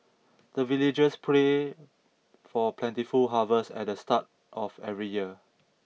the villagers pray for plentiful harvest at the start of every year